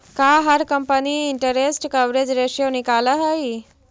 का हर company interest coverage ratio निकालअ हई